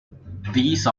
these